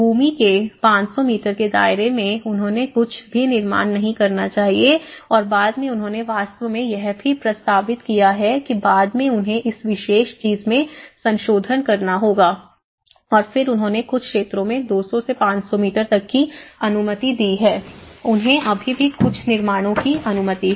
भूमि के 500 मीटर के दायरे में उन्हें कुछ भी निर्माण नहीं करना चाहिए और बाद में उन्होंने वास्तव में यह भी प्रस्तावित किया है कि बाद में उन्हें इस विशेष चीज में संशोधन करना होगा और फिर उन्होंने कुछ क्षेत्रों में 200 से 500 मीटर तक की अनुमति दी है उन्हें अभी भी कुछ निर्माणों की अनुमति है